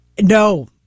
No